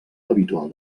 habitual